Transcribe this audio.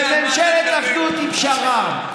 וממשלת אחדות היא פשרה.